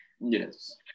yes